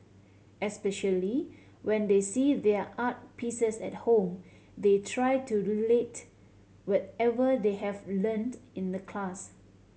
especially when they see their art pieces at home they try to relate whatever they have learnt in the class